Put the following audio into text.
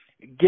get